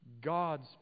God's